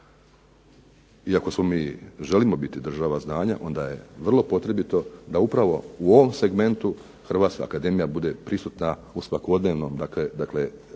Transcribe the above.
iako smo mi, želimo biti država znanja onda je vrlo potrebito da upravo u ovom segmentu Hrvatska akademija bude prisutna u svakodnevnom dakle